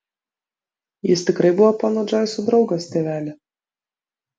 jis tikrai buvo pono džoiso draugas tėveli